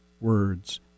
words